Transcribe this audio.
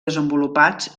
desenvolupats